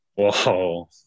Whoa